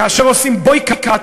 כאשר עושים boycott,